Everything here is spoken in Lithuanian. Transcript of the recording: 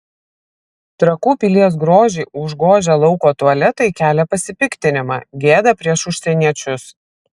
trakų pilies grožį užgožę lauko tualetai kelia pasipiktinimą gėda prieš užsieniečius